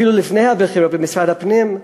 אפילו לפני הבחירות, במשרד הפנים,